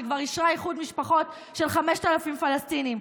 שכבר אישרה איחוד משפחות של 5,000 פלסטינים.